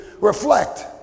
reflect